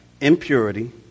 impurity